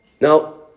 No